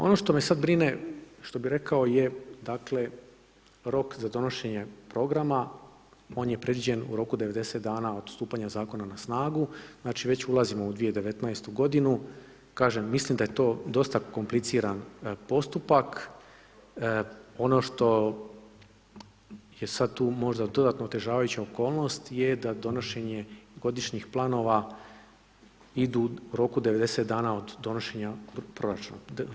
Ono što me sad brine, što bi rekao je dakle rok za donošenje programa, on je predviđen u roku 90 dana od stupanja zakona na snagu, znači već ulazimo u 2019. g., kažem, mislim da je to dosta kompliciran postupak, ono što je sad tu možda dodatno otežavajuća okolnost je da donošenje godišnjih planova idu u roku od 90 dana od donošenja od proračuna.